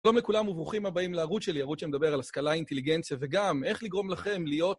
שלום לכולם וברוכים הבאים לערוץ שלי, ערוץ שמדבר על השכלה, אינטליגנציה וגם איך לגרום לכם להיות...